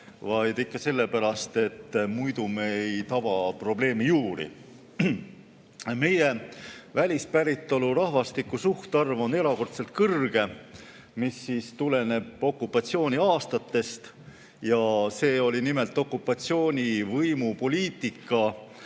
vaid ikka sellepärast, et muidu me ei taba probleemi juurt. Meie välispäritolu rahvastiku suhtarv on erakordselt kõrge. See tuleneb okupatsiooniaastatest: see oli nimelt okupatsioonivõimu poliitika,